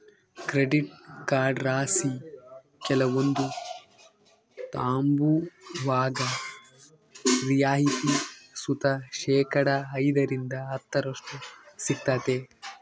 credit ಕಾರ್ಡ್ಲಾಸಿ ಕೆಲವೊಂದು ತಾಂಬುವಾಗ ರಿಯಾಯಿತಿ ಸುತ ಶೇಕಡಾ ಐದರಿಂದ ಹತ್ತರಷ್ಟು ಸಿಗ್ತತೆ